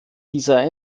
dieser